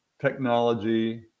technology